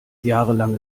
jahrelange